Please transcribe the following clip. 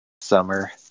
summer